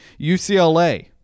UCLA